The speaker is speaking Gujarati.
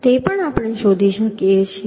તે પણ આપણે શોધી શકીએ છીએ